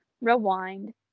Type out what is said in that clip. rewind